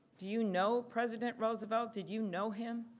did you know president roosevelt? did you know him?